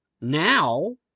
Now